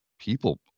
People